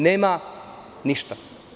Nema ništa.